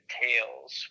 tails